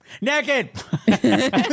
Naked